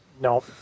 No